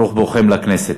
ברוך בואכם לכנסת.